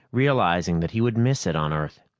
realizing that he would miss it on earth,